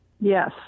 Yes